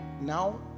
now